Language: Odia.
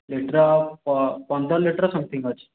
ଲିଟର୍ ପନ୍ଦର ଲିଟର୍ ସମଥିଙ୍ଗ୍ ଅଛି